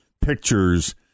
pictures